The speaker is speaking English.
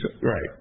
right